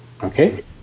Okay